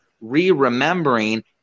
re-remembering